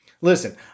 Listen